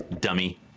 dummy